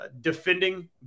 Defending